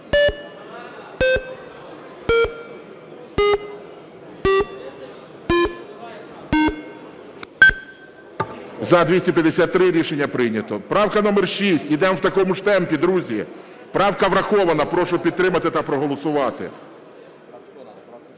За-253 Рішення прийнято. Правка номер 6, йдемо в такому ж темпі, друзі. Правка врахована. Прошу підтримати та проголосувати.